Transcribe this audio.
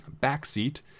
Backseat